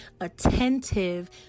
attentive